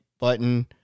button